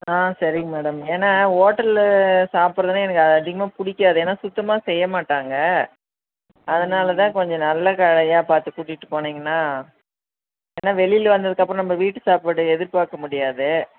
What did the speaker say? ஆ சரிங் மேடம் ஏன்னா ஓட்டல்லு சாப்படுறதுனா எனக்கு அது அதிகமாக பிடிக்காது ஏன்னா சுத்தமாக செய்ய மாட்டாங்க அதனால் தான் கொஞ்ச நல்ல கடையாக பார்த்து கூட்டிகிட்டு போனிங்கன்னா ஏன்னா வெளியில வந்ததுக்கப்புறோம் நம்ப வீட்டு சாப்பாடு எதிர்பார்க்க முடியாது